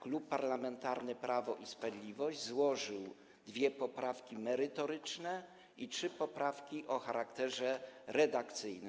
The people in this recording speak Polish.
Klub Parlamentarny Prawo i Sprawiedliwość złożył dwie poprawki merytoryczne i trzy poprawki o charakterze redakcyjnym.